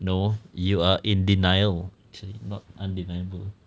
no you're in denial actually not undeniable